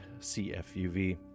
CFUV